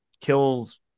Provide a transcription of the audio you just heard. kills